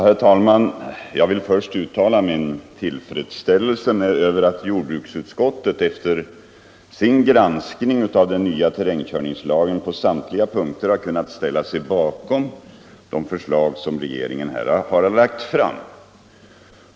Herr talman! Jag vill först uttala min tillfredsställelse över att jordbruksutskottet efter sin granskning av den nya terrängkörningslagen på samtliga punkter har kunnat ställa sig bakom de förslag som av regeringen har lagts fram.